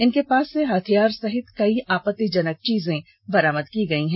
इनके पास से हथियार सहित कई आपत्तिजनक चीजें बरामद की गई हैं